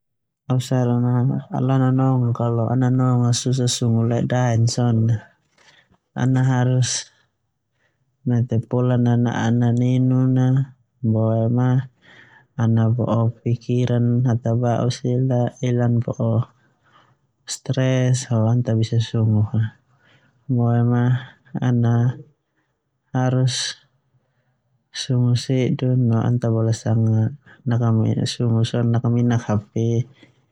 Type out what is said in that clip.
Au saran lo au nanong kalau ana susah sungu ledodaek so na ana harus mete pola nana'a nininun a boema ana bo'o pikiran hata ba'u sila ela ana bo'o stres ho ana ta bisa sungu fa boema ana harus sungu sedu no ana ta bole nakaminak hape.